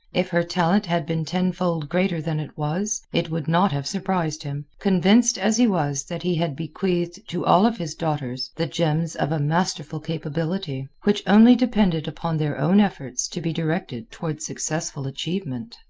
if her talent had been ten-fold greater than it was, it would not have surprised him, convinced as he was that he had bequeathed to all of his daughters the germs of a masterful capability, which only depended upon their own efforts to be directed toward successful achievement.